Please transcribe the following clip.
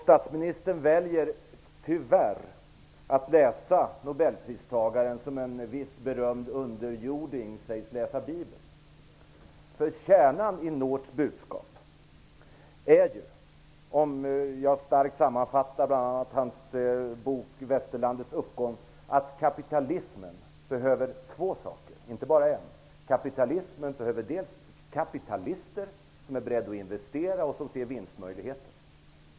Statsministern väljer tyvärr att läsa nobelpristagaren som en viss berömd underjording sägs läsa Bibeln. Kärnan i Norths budskap är ju -- om jag starkt sammanfattar hans bok Västerlandets uppgång -- att kapitalismen behöver två saker, inte bara en. Den behöver kapitalister som är beredda att investera och som ser vinstmöjligheter.